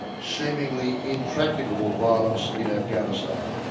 seemingly intractable violence in afghanistan.